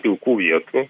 pilkų vietų